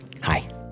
Hi